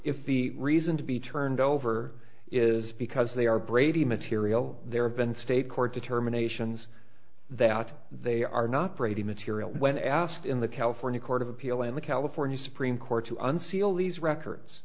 if the reason to be turned over is because they are brady material there have been state court determinations that they are not brady material when asked in the california court of appeal in the california supreme court to